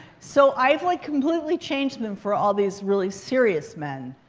so i've like completely changed them for all these really serious men.